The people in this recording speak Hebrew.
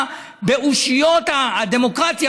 למוחרת.